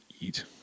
eat